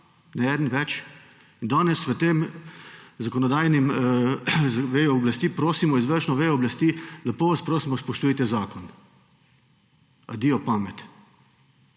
eden več, in danes v tem zakonodajni veji oblasti prosimo izvršno vejo oblasti, lepo vas prosim, spoštujte zakon. **74.